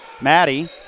Maddie